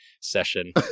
session